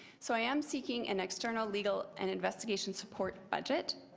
so i am seeking an external legal and investigation support budget.